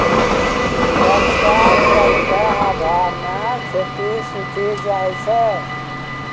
बर्षा जल क आभाव म खेती सूखी जाय छै